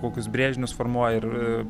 kokius brėžinius formuoja ir